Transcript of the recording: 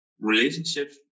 relationship